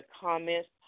comments